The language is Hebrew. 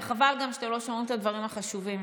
וחבל גם שאתם לא שומעים את הדברים החשובים.